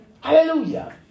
Hallelujah